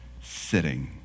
Sitting